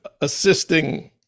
assisting